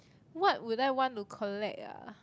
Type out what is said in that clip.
what would I want to collect ah